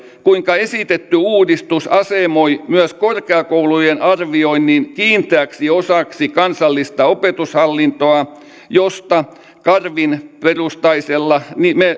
kuinka esitetty uudistus asemoi myös korkeakoulujen arvioinnin kiinteäksi osaksi kansallista opetushallintoa josta karvin perustamisella